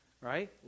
right